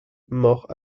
mort